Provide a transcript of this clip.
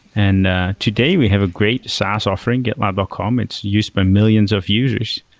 and ah today we have a great saas offering, gitlab dot com. it's used by millions of users,